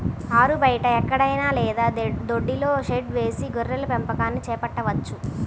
ఆరుబయట ఎక్కడైనా లేదా దొడ్డిలో షెడ్డు వేసి గొర్రెల పెంపకాన్ని చేపట్టవచ్చు